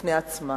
בפני עצמן.